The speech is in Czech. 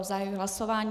Zahajuji hlasování.